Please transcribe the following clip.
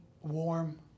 warm